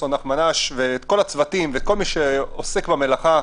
ואת כל מי שעוסק במלאכה.